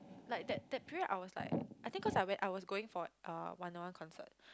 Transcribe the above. like that that period I was like I think cause I went I was going for uh Wanna-One concert